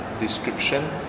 description